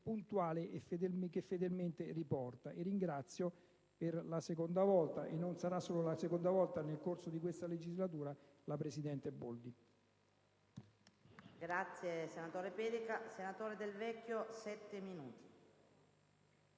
puntualmente fedelmente riporta. Ringrazio per la seconda volta - e non sarà l'ultima nel corso di questa legislatura - la presidente Boldi.